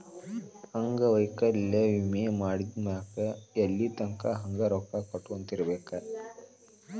ಅಂಗವೈಕಲ್ಯ ವಿಮೆ ಮಾಡಿದ್ಮ್ಯಾಕ್ ಎಲ್ಲಿತಂಕಾ ಹಂಗ ರೊಕ್ಕಾ ಕಟ್ಕೊತಿರ್ಬೇಕ್?